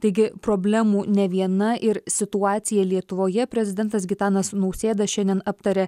taigi problemų ne viena ir situaciją lietuvoje prezidentas gitanas nausėda šiandien aptarė